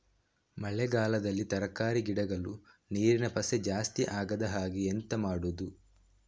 ಮಳೆಗಾಲದಲ್ಲಿ ತರಕಾರಿ ಗಿಡಗಳು ನೀರಿನ ಪಸೆ ಜಾಸ್ತಿ ಆಗದಹಾಗೆ ಎಂತ ಮಾಡುದು?